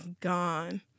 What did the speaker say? gone